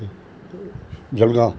Jalgaon